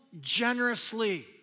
generously